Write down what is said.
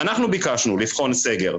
ואנחנו ביקשנו לבחון סגר.